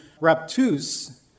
raptus